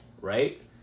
Right